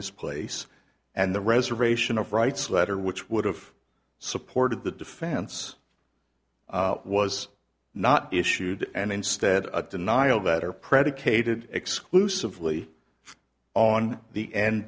his place and the reservation of rights letter which would've supported the defense was not issued and instead of denial that are predicated exclusively on the end